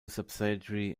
subsidiary